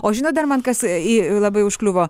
o žinot dar man kas į labai užkliuvo